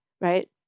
right